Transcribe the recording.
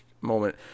moment